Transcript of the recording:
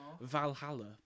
Valhalla